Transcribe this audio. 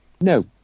No